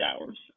hours